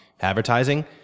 advertising